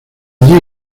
allí